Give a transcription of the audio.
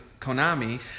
Konami